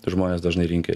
tai žmonės dažnai rinki